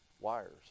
wires